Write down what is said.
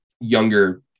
younger